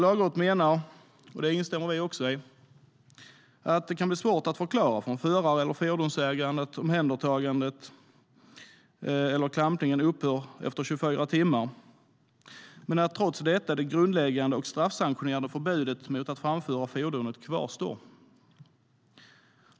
Lagrådet menar - vilket vi också instämmer i - att det kan bli svårt att förklara för en förare eller fordonsägare att omhändertagandet eller klampningen upphör efter 24 timmar, men att det grundläggande och straffsanktionerade förbudet mot att framföra fordonet trots detta kvarstår.